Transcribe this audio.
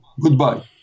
goodbye